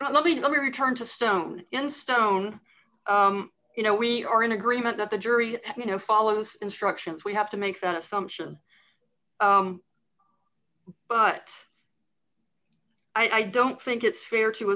but let me let me turn to stone in stone you know we are in agreement that the jury you know follows instructions we have to make that assumption but i don't think it's fair to